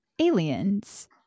aliens